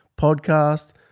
podcast